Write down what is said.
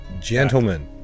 Gentlemen